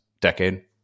decade